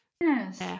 yes